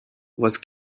was